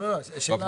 לא, לא, זאת שאלה.